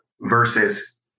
versus